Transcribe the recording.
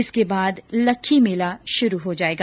इसके बाद लक्खी मेला शुरू हो जाएगा